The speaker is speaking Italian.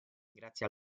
grazie